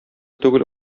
түгел